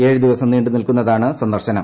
ഏഴ് ദിവസം നീണ്ടു നിൽക്കുന്നതാണ് സന്ദർശനം